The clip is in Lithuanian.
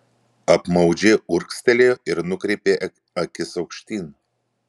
apmaudžiai urgztelėjo ir nukreipė akis aukštyn